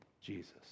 Jesus